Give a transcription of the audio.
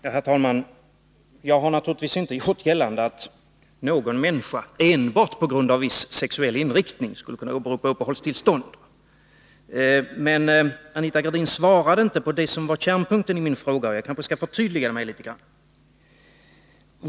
Herr talman! Jag har naturligtvis inte gjort gällande att någon människa skulle kunna åberopa enbart viss sexuell inriktning för att få uppehållstillstånd. Men Anita Gradin svarade inte på det som var kärnpunkten i min fråga, och jag kanske skall förtydliga mig litet grand.